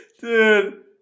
dude